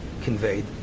conveyed